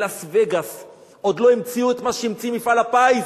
בלאס-וגאס עוד לא המציאו את מה שהמציא מפעל הפיס,